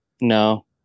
No